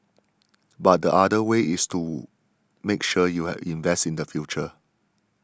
but the other way is to make sure you had invest in the future